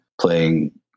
playing